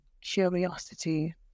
curiosity